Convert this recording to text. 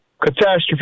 catastrophe